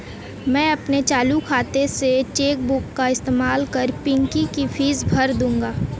मैं अपने चालू खाता से चेक बुक का इस्तेमाल कर पिंकी की फीस भर दूंगा